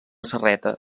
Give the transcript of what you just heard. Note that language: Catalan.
serreta